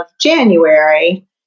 January